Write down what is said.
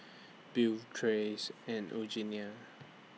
Bill Trace and Eugenia